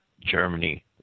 Germany